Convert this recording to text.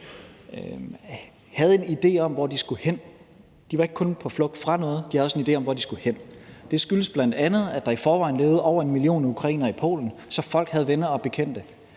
havde en idé om, hvor de skulle hen. De var ikke kun på flugt fra noget, men de havde også en idé om, hvor de skulle hen. Det skyldes bl.a., at der i forvejen lever over 1 million ukrainere i Polen, så folk har venner og bekendte